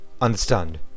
understand